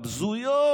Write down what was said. הבזויות,